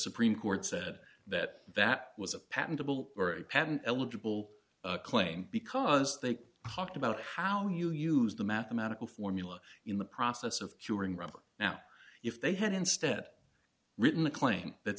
supreme court said that that was a patentable patent eligible claim because they talked about how you use the mathematical formula in the process of curing rubber now if they had instead written the claim that